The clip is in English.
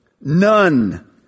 none